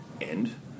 end